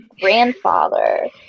grandfather